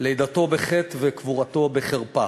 לידתו בחטא וקבורתו בחרפה.